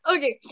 Okay